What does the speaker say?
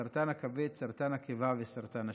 סרטן הכבד, סרטן הקיבה וסרטן השד,